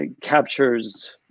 captures